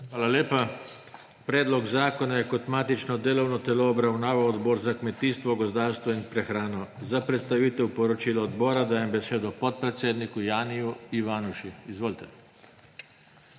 Hvala lepa. Predlog zakona je kot matično delovno telo obravnaval Odbor za kmetijstvo, gozdarstvo in prehrano. Za predstavitev poročila odbora dajem besedo podpredsedniku Janiju Ivanuši. Izvolite.